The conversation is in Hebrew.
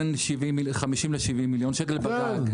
זה נע בין 50 ל-70 מיליון שקל גג.